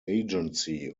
agency